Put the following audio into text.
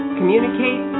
communicate